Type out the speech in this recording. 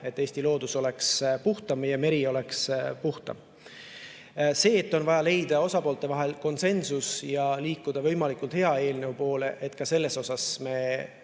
et Eesti loodus oleks puhtam ja meri oleks puhtam. Aga on vaja leida osapoolte vahel konsensus ja liikuda võimalikult hea eelnõu poole. Selle nimel me